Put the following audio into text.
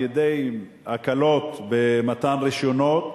על-ידי הקלות במתן רשיונות,